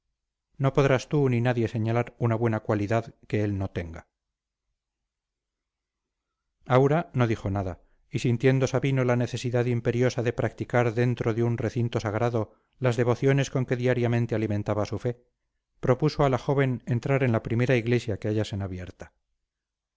no podrás tú ni nadie señalar una buena cualidad que él no tenga aura no dijo nada y sintiendo sabino la necesidad imperiosa de practicar dentro de un recinto sagrado las devociones con que diariamente alimentaba su fe propuso a la joven entrar en la primera iglesia que hallasen abierta